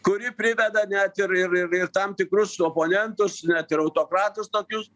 kuri priveda net ir ir ir tam tikrus oponentus net ir autokratus tokius